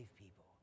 people